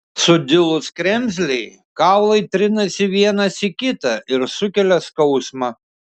sudilus kremzlei kaulai trinasi vienas į kitą ir sukelia skausmą